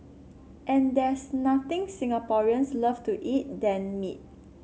and there's nothing Singaporeans love to eat than meat